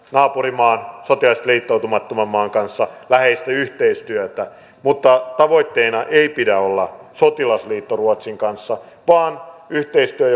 naapurimaan sotilaallisesti liittoutumattoman maan kanssa pitää tehdä läheistä yhteistyötä mutta tavoitteena ei pidä olla sotilasliitto ruotsin kanssa vaan yhteistyö